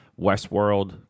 Westworld